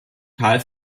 karl